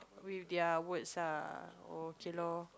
with their words ah oh okay lor